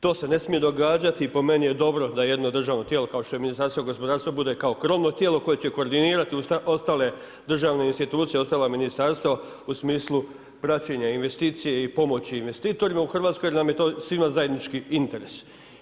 To se ne smije događati i po meni je dobro da jedno državno tijelo kao što je Ministarstvo gospodarstva bude kao krovno tijelo koje će koordinirati ostale državne institucije, ostala ministarstva u smislu praćenja investicije i pomoći investitorima u Hrvatskoj jer nam je to svima zajednički interes.